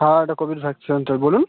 হ্যাঁ এটা Covid vaccine centre বলুন